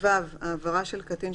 (טו)העברה של קטין,